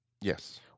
yes